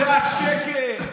זה השקר.